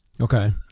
Okay